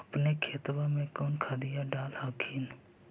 अपने खेतबा मे कौन खदिया डाल हखिन?